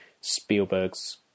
Spielberg's